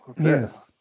Yes